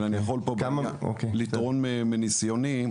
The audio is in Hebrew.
אבל אני יכול לתרום פה מניסיוני.